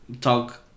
talk